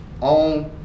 on